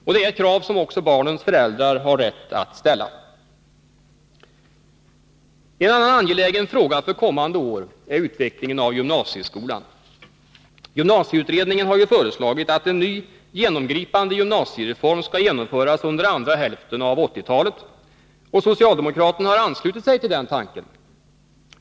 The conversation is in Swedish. Och det är ett krav som också barnens föräldrar har rätt att ställa. En annan angelägen fråga för kommande år är utvecklingen av gymnasieskolan. Gymnasieutredningen har föreslagit, att en ny genomgripande gymnasiereform skall genomföras under andra hälften av 1980-talet, och socialdemokraterna har anslutit sig till den tanken.